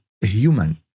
human